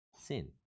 sin